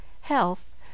health